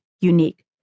unique